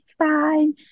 fine